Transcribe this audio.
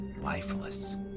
lifeless